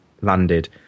landed